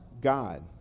God